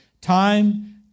time